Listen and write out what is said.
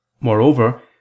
Moreover